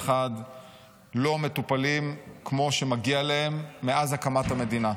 לא מטופלים כמו שמגיע להם מאז הקמת המדינה.